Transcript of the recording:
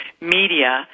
media